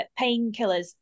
painkillers